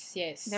yes